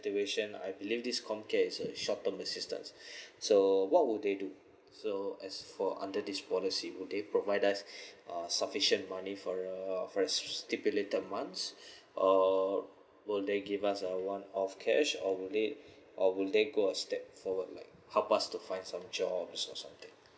I believe this comcare is a short term assistance so what would they do so as for under this policy will they provide us uh sufficient money for uh for a stipulated months or will they give us uh one off cash or will they or would they go a step forward like help us to find some jobs or something